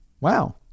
Wow